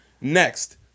Next